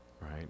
right